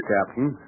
Captain